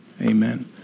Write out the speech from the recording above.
amen